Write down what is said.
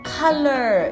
color